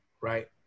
right